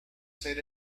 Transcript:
ser